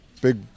big